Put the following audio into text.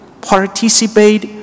participate